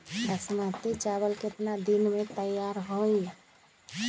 बासमती चावल केतना दिन में तयार होई?